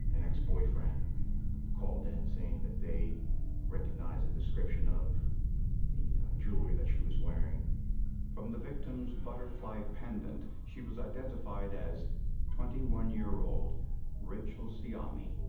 an ex-boyfriend called in saying that they recognized the description of the jewelry that she was wearing. narrator from the victim's butterfly pendant, she was identified as twenty one year old rachel siani.